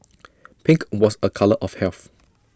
pink was A colour of health